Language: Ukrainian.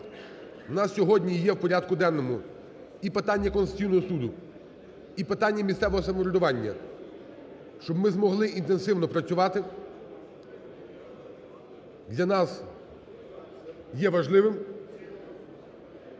У нас сьогодні є в порядку денному і питання Конституційного Суду, і питання місцевого самоврядування, щоб ми змогли інтенсивно працювати, для нас є важливим,